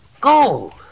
Gold